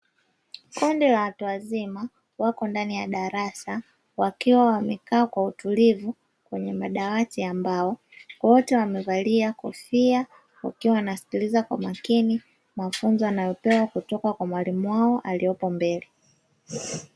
Kundi la watu wazima, wapo ndani ya darasa. Wakiwa wamekaa kwa utulivu kwenye madawati, ambao wote wamevalia kofia, wakiwa wanasikiliza kwa umakini mafunzo wanayopewa kutoka kwa mwalimu wao aliyopo mbele.